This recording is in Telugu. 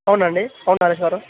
అవునండి అవును నరేష్ గారు